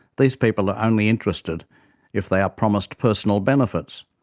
these people are only interested if they are promised personal benefits,